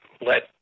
let